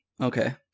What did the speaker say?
Okay